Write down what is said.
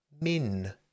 min